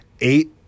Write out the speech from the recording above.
eight